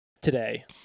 today